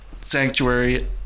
sanctuary